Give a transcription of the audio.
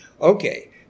Okay